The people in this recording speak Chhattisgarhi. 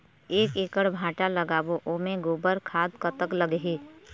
एक एकड़ भांटा लगाबो ओमे गोबर खाद कतक लगही?